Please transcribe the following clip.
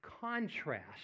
contrast